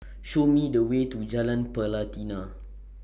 Show Me The Way to Jalan Pelatina